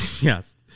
yes